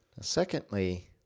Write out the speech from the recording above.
Secondly